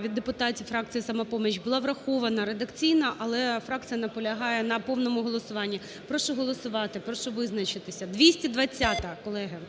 від депутатів фракції "Самопоміч" була врахована редакційно, але фракція наполягає на повному голосуванні. Прошу голосувати, прошу визначитися. 220-а, колеги.